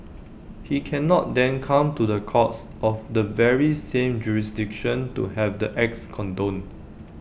he cannot then come to the courts of the very same jurisdiction to have the acts condoned